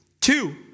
Two